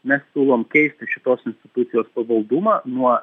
mes siūlom keisti šitos institucijos pavaldumą nuo